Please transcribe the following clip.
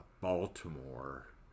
Baltimore